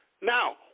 Now